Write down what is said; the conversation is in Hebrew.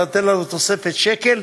אתה נותן לנו תוספת של שקל?